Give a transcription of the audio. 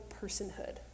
personhood